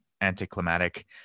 anticlimactic